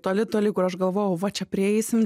toli toli kur aš galvojau va čia prieisim